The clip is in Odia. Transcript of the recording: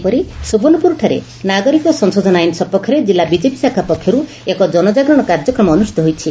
ସେହିପରି ସୁବର୍ଶ୍ୱପୁରଠାରେ ନାଗରିକ ସଂଶୋଧନ ଆଇନ ସପକ୍ଷରେ ଜିଲ୍ଲା ବିଜେପି ଶାଖା ପକ୍ଷରୁ ଏକ ଜନଜାଗରଣ କାର୍ଯ୍ୟକ୍ରମ ଅନୁଷ୍ଠିତ ହୋଇଛି